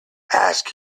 asked